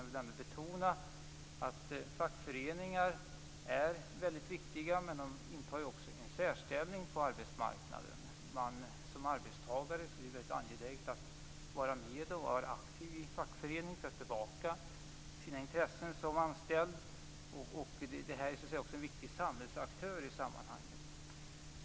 Jag vill betona att fackföreningar är väldigt viktiga men också intar en särställning på arbetsmarknaden. Det är angeläget att arbetstagare är med i och är aktiva i en fackförening för att bevaka sina intressen som anställda. Fackföreningen är en viktig samhällsaktör i detta sammanhang.